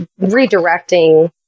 redirecting